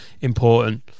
important